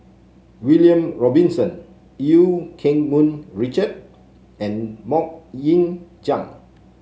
William Robinson Eu Keng Mun Richard and MoK Ying Jang